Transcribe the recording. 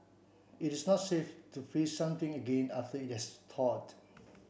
it is not safe to freeze something again after it has thawed